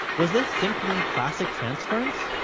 was this simply classic transference?